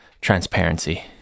transparency